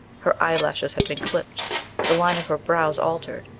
her eyelashes had been clipped the line of her brows altered.